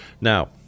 Now